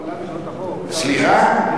סליחה?